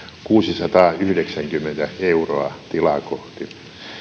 kuusisataayhdeksänkymmentä euroa tilaa kohti